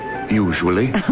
Usually